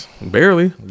Barely